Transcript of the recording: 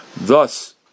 Thus